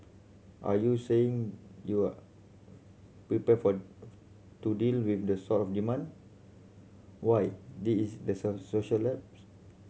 are you saying you are prepared for to deal with the sort of demand why there is